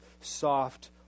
soft